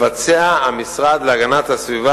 המשרד להגנת הסביבה